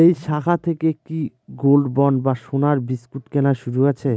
এই শাখা থেকে কি গোল্ডবন্ড বা সোনার বিসকুট কেনার সুযোগ আছে?